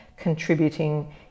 contributing